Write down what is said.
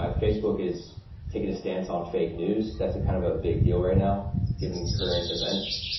ah facebook is taking a stance on fake news. that's kind of a big deal right now given the current events.